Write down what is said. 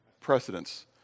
Precedents